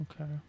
Okay